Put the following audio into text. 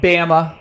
Bama